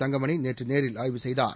தங்கமணி நேற்று நேரில் ஆய்வு செய்தார்